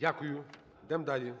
ГОЛОВУЮЧИЙ. Дякую.